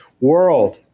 world